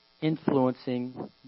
influencing